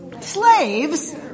slaves